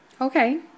Okay